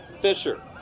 Fisher